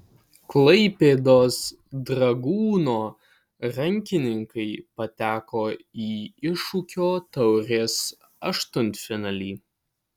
klaipėdos dragūno rankininkai pateko į iššūkio taurės aštuntfinalį